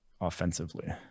offensively